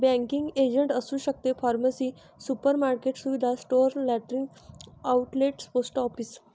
banking agent असू शकते pharmacy supermarket सुविधा store lottery outlet post office